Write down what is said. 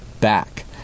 back